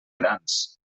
grans